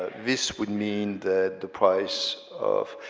ah this would mean that the price of.